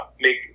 make